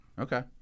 Okay